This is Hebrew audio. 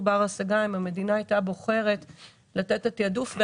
בר השגה אם המדינה הייתה בוחרת לתת תעדוף.